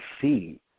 see